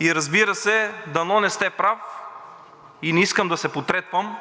И разбира се, дано не сте прав и не искам да се потретвам,